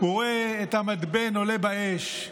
הוא רואה את המתבן עולה באש,